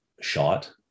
shot